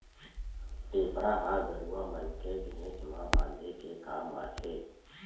टेपरा ह गरुवा मन के घेंच म बांधे के काम आथे